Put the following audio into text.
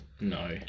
No